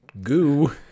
goo